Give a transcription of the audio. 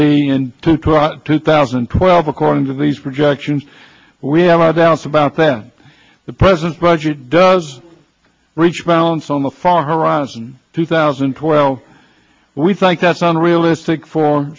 in two thousand and twelve according to these projections we have our doubts about then the president's budget does reach balance on the far horizon two thousand and twelve we think that's unrealistic for